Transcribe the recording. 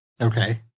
Okay